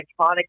iconic